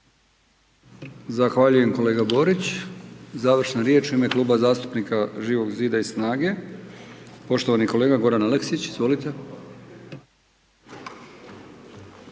Zahvaljujem kolega Borić. Završna riječ u ime Kluba zastupnika Živog zida i SNAGA-e, poštovani kolega Goran Aleksić, izvolite.